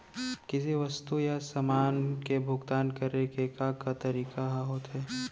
किसी वस्तु या समान के भुगतान करे के का का तरीका ह होथे?